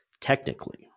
technically